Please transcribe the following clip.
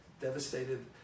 devastated